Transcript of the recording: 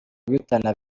guhitana